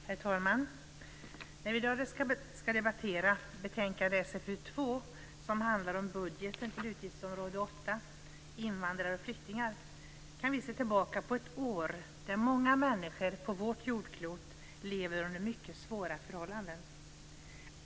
Herr talman! När vi i dag debatterar betänkandet Invandrare och flyktingar, kan vi se tillbaka på ett år då många människor på vårt jordklot levt under mycket svåra förhållanden.